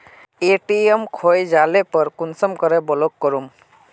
ATM खोये जाले पर कुंसम करे ब्लॉक करूम?